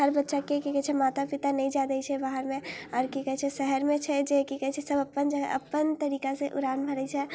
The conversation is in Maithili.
हर बच्चाके कि कहै छै कि माता पिता नहि जाए दै छै बाहरमे आओर कि कहै छै शहरमे छै कि कहै छै सब अपन जे हइ अपन तरीकासँ उड़ान भरै छै